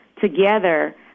together